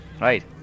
right